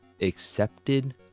accepted